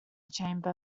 chamber